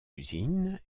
usine